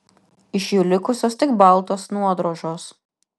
iš jų likusios tik baltos nuodrožos